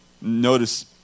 Notice